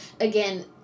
Again